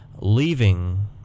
leaving